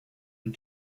und